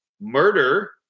murder